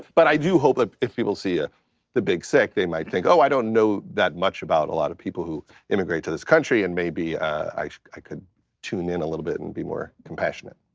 but i do hope that if people see ah the big sick, they might think, oh, i don't know that much about a lot of people who immigrate to this country and maybe i i could tune in a little bit and be more compassionate.